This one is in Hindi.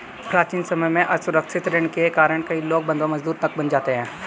प्राचीन समय में असुरक्षित ऋण के कारण कई लोग बंधवा मजदूर तक बन जाते थे